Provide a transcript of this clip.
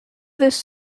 this